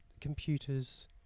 computers